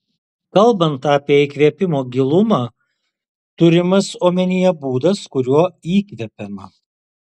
kalbant apie įkvėpimo gilumą turimas omenyje būdas kuriuo įkvepiama